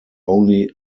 only